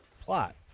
plot